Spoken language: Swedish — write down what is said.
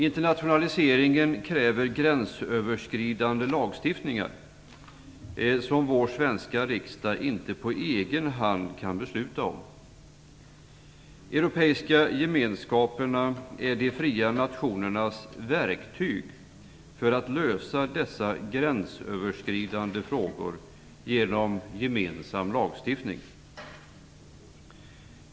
Internationaliseringen kräver gänsöverskridande lagstiftningar, som vår svenska riksdag inte på egen hand kan besluta om. Europeiska gemenskaperna är de fria nationernas "verktyg" för att lösa dessa gränsöverskridande frågor genom gemensam lagstiftning.